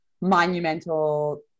monumental